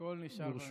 הכול נשאר במשפחה,